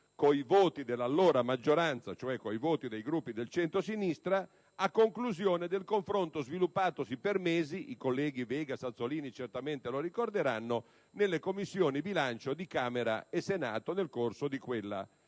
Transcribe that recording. con i voti dell'allora maggioranza, cioè con i voti dei Gruppi del centrosinistra, a conclusione del confronto sviluppatosi per mesi - i colleghi Vegas e Azzollini lo ricorderanno - nelle Commissioni bilancio di Camera e Senato nel corso di quella